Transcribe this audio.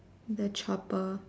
the chopper